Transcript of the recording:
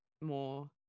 more